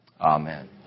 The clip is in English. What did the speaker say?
amen